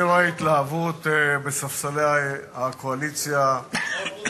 אני רואה התלהבות בספסלי הקואליציה, האופוזיציה.